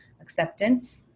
acceptance